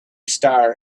star